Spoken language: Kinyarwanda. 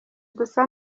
dusa